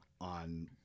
on